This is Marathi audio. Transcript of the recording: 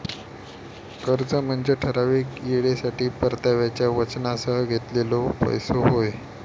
कर्ज म्हनजे ठराविक येळेसाठी परताव्याच्या वचनासह घेतलेलो पैसो होय